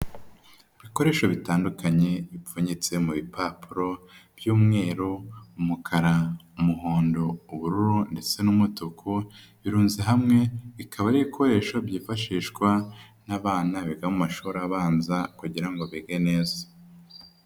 Ibikoresho bitandukanye bipfunyitse mu bipapuro, by'umweru ,umukara, umuhondo, ubururu ndetse n'umutuku, birunze hamwe bikaba ari ibikoresho byifashishwa n'abana biga mu mashuri abanza, kugira ngo bige neza.